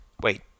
Wait